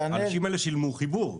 האנשים האלו שילמו חיבור.